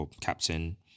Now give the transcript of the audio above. captain